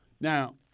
Now